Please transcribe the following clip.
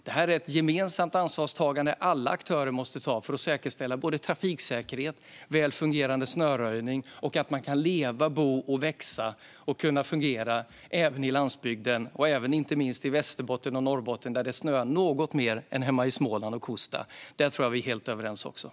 Det här är ett gemensamt ansvar som alla aktörer måste ta för att säkerställa både trafiksäkerhet och väl fungerande snöröjning. Det handlar om att man ska kunna leva, bo, växa och fungera även på landsbygden. Det gäller inte minst i Västerbotten och Norrbotten, där det snöar något mer än hemma i Småland och Kosta. Det tror jag att vi är helt överens om.